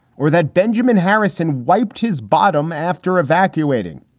or that benjamin harrison wiped his bottom after evacuating.